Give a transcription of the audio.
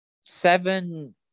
seven